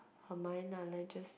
her mind lah like just